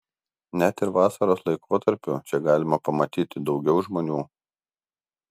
net ir vasaros laikotarpiu čia galima pamatyti daugiau žmonių